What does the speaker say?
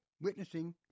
witnessing